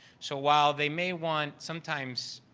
so, while they may want sometimes